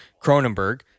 Cronenberg